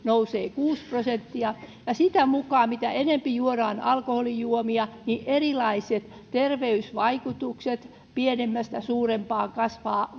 nousee kuusi prosenttia ja sitä mukaa mitä enempi juodaan alkoholijuomia erilaiset terveysvaikutukset pienemmästä suurempaan kasvavat